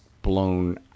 blown